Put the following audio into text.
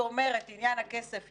עניין הכסף יוצג,